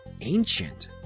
ancient